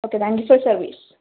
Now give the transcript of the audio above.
okay thank you for service